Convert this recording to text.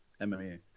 MMA